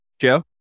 Joe